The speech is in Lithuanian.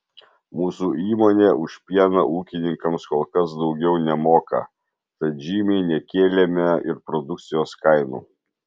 mūsų įmonė už pieną ūkininkams kol kas daugiau nemoka tad žymiai nekėlėme ir produkcijos kainų